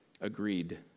agreed